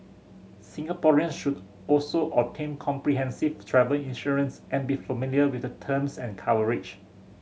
Singaporean should also obtain comprehensive travel insurance and be familiar with the terms and coverage